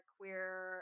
queer